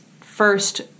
first